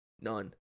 None